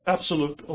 Absolute